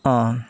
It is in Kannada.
ಆಂ